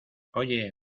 oye